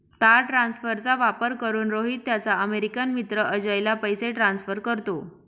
तार ट्रान्सफरचा वापर करून, रोहित त्याचा अमेरिकन मित्र अजयला पैसे ट्रान्सफर करतो